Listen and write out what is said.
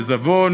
עיזבון,